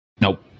Nope